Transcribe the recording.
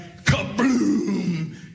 kabloom